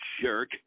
jerk